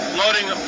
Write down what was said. loading